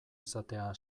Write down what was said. izatea